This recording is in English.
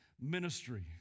ministry